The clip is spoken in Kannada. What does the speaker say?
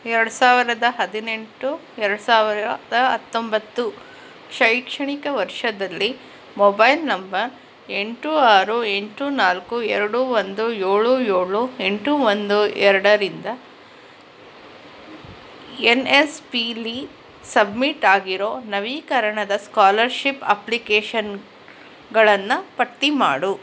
ಎರಡು ಸಾವಿರದ ಹದಿನೆಂಟು ಎರಡು ಸಾವಿರದ ಹತ್ತೊಂಬತ್ತು ಶೈಕ್ಷಣಿಕ ವರ್ಷದಲ್ಲಿ ಮೊಬೈಲ್ ನಂಬರ್ ಎಂಟು ಆರು ಎಂಟು ನಾಲ್ಕು ಎರಡು ಒಂದು ಏಳು ಏಳು ಎಂಟು ಒಂದು ಎರಡರಿಂದ ಎನ್ ಎಸ್ ಪಿಲಿ ಸಬ್ಮಿಟ್ ಆಗಿರೋ ನವೀಕರಣದ ಅಪ್ಲಿಕೇಷನ್ಗಳನ್ನು ಪಟ್ಟಿ ಮಾಡು